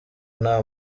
nta